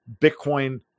Bitcoin